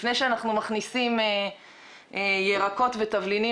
לפני שאנחנו מכניסים ירקות ותבלינים